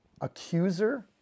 accuser